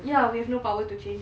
ya with no power to change